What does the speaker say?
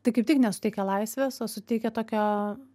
tai kaip tik nesuteikia laisvės o suteikia tokią